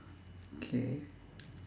okay